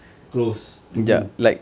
close to who